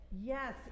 Yes